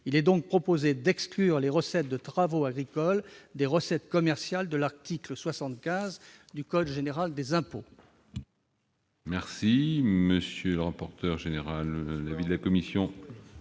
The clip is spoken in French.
Il est donc proposé d'exclure les recettes de travaux agricoles des recettes commerciales visées à l'article 75 du code général des impôts.